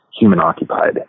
human-occupied